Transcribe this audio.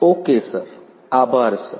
okay sir આભાર sir